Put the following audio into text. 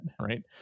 right